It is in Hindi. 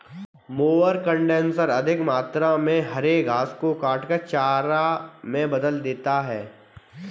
मोअर कन्डिशनर अधिक मात्रा में हरे घास को काटकर चारा में बदल देता है